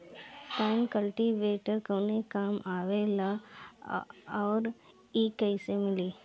Tine cultivator कवने काम आवेला आउर इ कैसे मिली?